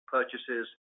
Purchases